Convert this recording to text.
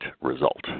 result